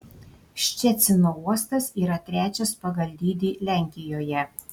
ščecino uostas yra trečias pagal dydį lenkijoje